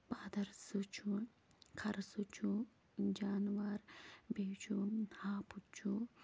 پادَر سٕہہ چھُ خرٕ سٕہہ چھُ جانوار بیٚیہِ چھُ ہاپُت چھُ